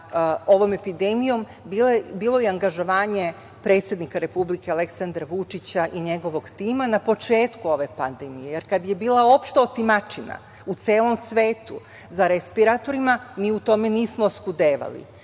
ovom epidemijom, bilo je i angažovanje predsednika Republike, Aleksandra Vučića, i njegovog tima na početku ove pandemije, jer kad je bila opšta otimačina u celom svetu za respiratorima, mi u tome nismo oskudevali.